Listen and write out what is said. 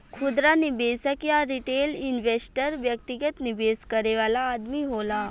खुदरा निवेशक या रिटेल इन्वेस्टर व्यक्तिगत निवेश करे वाला आदमी होला